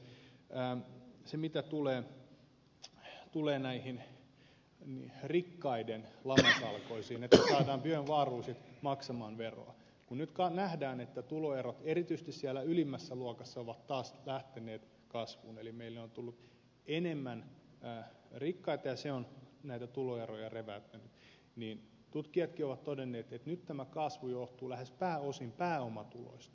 sitten vielä arvoisa puhemies mitä tulee rikkaiden lamatalkoisiin että saadaan björnwahlroosit maksamaan veroa kun nyt nähdään että tuloerot erityisesti siellä ylimmässä luokassa ovat taas lähteneet kasvuun eli meille on tullut enemmän rikkaita ja se on näitä tuloeroja reväyttänyt niin tutkijatkin ovat todenneet että nyt tämä kasvu johtuu lähes pääosin pääomatuloista